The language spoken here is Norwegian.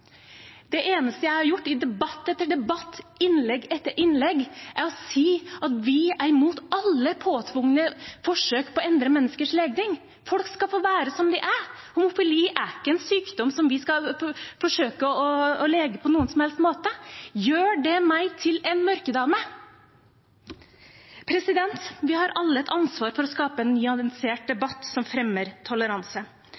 Det eneste jeg har gjort i debatt etter debatt, i innlegg etter innlegg, er å si at vi er imot alle påtvungne forsøk på å endre menneskers legning. Folk skal få være som de er. Homofili er ikke en sykdom som vi skal forsøke å lege på noen som helst måte. Gjør det meg til en mørkedame? Vi har alle et ansvar for å skape en nyansert